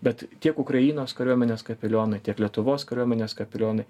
bet tiek ukrainos kariuomenės kapelionai tiek lietuvos kariuomenės kapelionai